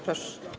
Proszę.